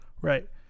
Right